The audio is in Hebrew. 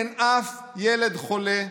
אין אף ילד חולה,